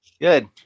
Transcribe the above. Good